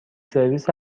سرویس